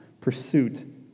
Pursuit